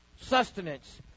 sustenance